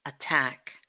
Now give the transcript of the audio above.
attack